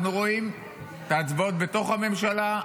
אנחנו רואים את ההצבעות בתוך הממשלה,